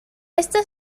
estas